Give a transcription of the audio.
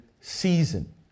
season